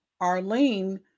Arlene